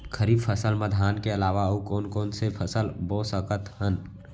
खरीफ फसल मा धान के अलावा अऊ कोन कोन से फसल बो सकत हन?